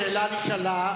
השאלה נשאלה,